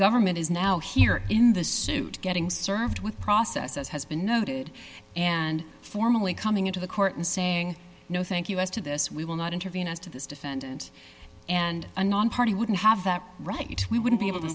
government is now here in the suit getting served with process as has been noted and formally coming into the court and saying no thank us to this we will not intervene as to this defendant and a nonparty wouldn't have that right we wouldn't be able